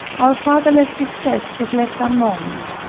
our fatherless distress was left unmoan'd,